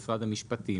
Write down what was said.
משרד המשפטים.